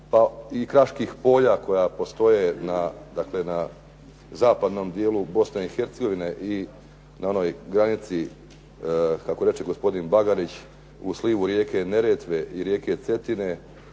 i kraških polja koja postoje na zapadnom dijelu Bosne i Hercegovine i na onoj granici, kako reče gospodin Bagarić u slivu rijeke Neretve i rijeke Cetine,